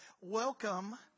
Welcome